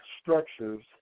structures